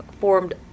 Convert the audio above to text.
formed